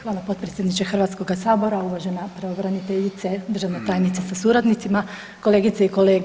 Hvala potpredsjedniče Hrvatskoga sabora, uvažena pravobraniteljice, državna tajnice sa suradnicima, kolegice i kolege.